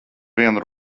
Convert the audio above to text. vienu